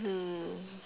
hmm